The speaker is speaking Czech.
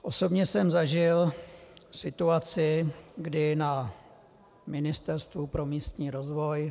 Osobně jsem zažil situaci, kdy na Ministerstvu pro místní rozvoj ...